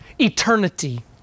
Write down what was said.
eternity